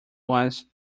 was